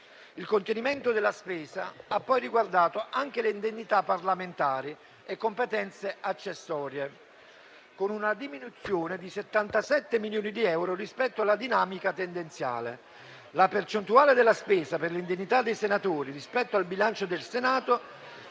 Il contenimento della spesa ha poi riguardato anche le indennità parlamentari e le competenze accessorie, con una diminuzione di 77 milioni di euro rispetto alla dinamica tendenziale. La percentuale della spesa per le indennità dei senatori rispetto al bilancio del Senato